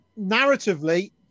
narratively